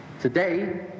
today